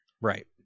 right